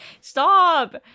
Stop